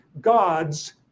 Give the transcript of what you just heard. God's